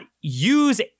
use